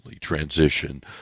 transition